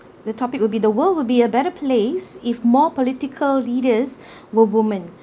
the topic will be the world would be a better place if more political leaders were women